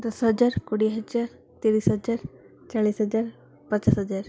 ଦଶ ହଜାର କୋଡ଼ିଏ ହଜାର ତିରିଶ ହଜାର ଚାଳିଶ ହଜାର ପଚାଶ ହଜାର